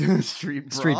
Street